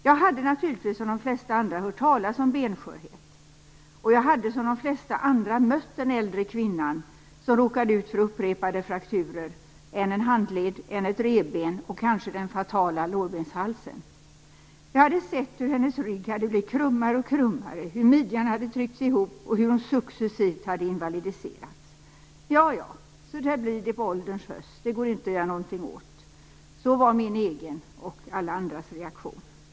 Jag hade naturligtvis som de flesta andra hört talas om benskörhet, och jag hade som de flesta andra mött den äldre kvinnan som råkade ut för upprepade frakturer, än en handled, än ett revben och kanske den fatala lårbenshalsen. Jag hade sett hur hennes rygg hade blivit krummare och krummare, hur midjan hade tryckts ihop och hur hon successivt hade invalidiserats. Ja, ja, så där blir det på ålderns höst - det går inte att göra någonting åt. Så var min egen och alla andras reaktion.